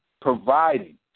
providing